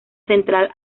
central